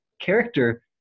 character